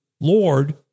Lord